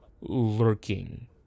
lurking